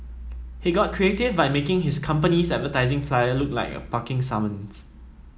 he got creative by making his company's advertising flyer look like a parking summons